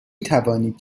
توانید